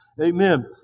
Amen